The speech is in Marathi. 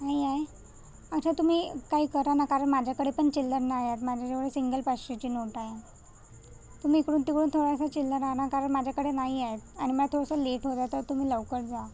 नाही आहे अच्छा तुम्ही काही करा ना कारण माझ्याकडे पण चिल्लर नाही आहेत माझ्याजवळ सिंगल पाचशेची नोट आहे तुम्ही इकडून तिकडून थोडासा चिल्लर आणा कारण की माझ्याकडे नाही आहेत आणि मला थोडसं लेट होतं तर तुम्ही लवकर जा